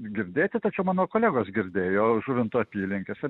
girdėti tačiau mano kolegos girdėjo žuvinto apylinkėse